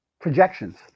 projections